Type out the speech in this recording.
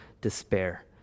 despair